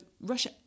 Russia